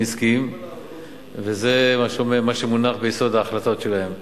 עסקיים וזה מה שמונח ביסוד ההחלטות שלהם.